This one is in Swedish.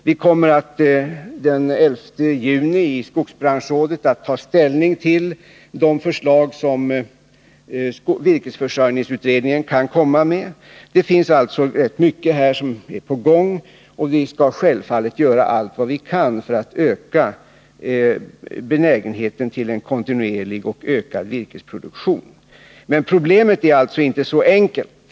Vi kommer den 11 juni att i skogsbranschrådet ta ställning till de förslag som virkesförsörjningsutredningen kan tänkas lägga fram. Det är alltså rätt mycket på gång i det här sammanhanget. Självfallet skall vi göra allt vi kan för att öka benägenheten till en kontinuerlig och höjd virkesproduktion. Problemet är således inte så enkelt.